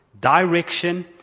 direction